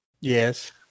Yes